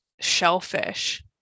shellfish